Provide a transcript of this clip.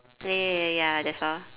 ya ya ya ya that's all